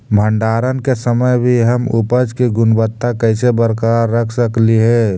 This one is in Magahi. भंडारण के समय भी हम उपज की गुणवत्ता कैसे बरकरार रख सकली हे?